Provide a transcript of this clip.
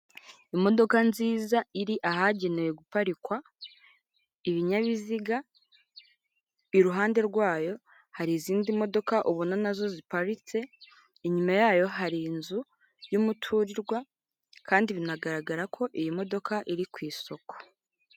Imodoka nziza iri ahagenewe guparikwa ibinyabiziga, iruhande rwayo hari izindi modoka ubona nazo ziparitse inyuma yayo hari inzu y'umuturirwa kandi binagaragara ko iyi modoka iri ku isoko.